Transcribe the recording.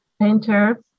painter